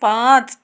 پانٛژھ